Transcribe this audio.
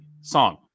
song